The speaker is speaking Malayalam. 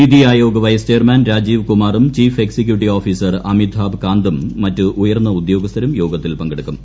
നിതി ആയോഗ് വൈസ് ചെയർമാൻ രാജീവ്കുമാറും ചീഫ് എക്സിക്യൂട്ടീവ് ഓഫീസർ അമിതാഭ് കാന്തും മറ്റ് ഉയർന്ന ഉദ്യോഗസ്ഥരും യോഗത്തിൽ പങ്കെടുക്കും